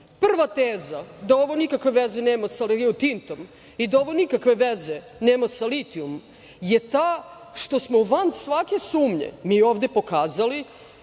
teza da ovo nikakve veze nema sa Rio Tintom i da ovo nikakve veze nema sa litijumom je ta što smo van svake sumnje mi ovde pokazali